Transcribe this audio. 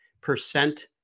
percent